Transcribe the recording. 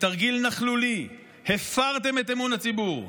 בתרגיל נכלולי הפרתם את אמון הציבור,